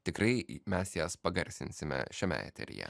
tikrai mes jas pagarsinsime šiame eteryje